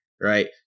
right